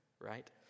right